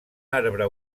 arbre